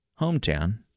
hometown